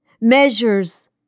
measures